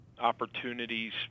opportunities